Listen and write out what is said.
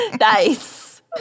Nice